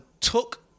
took